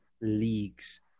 leagues